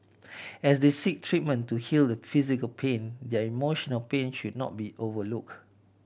as they seek treatment to heal the physical pain their emotional pain should not be overlook